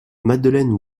madeleine